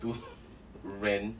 to rent